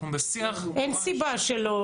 אין סיבה שלא,